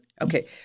okay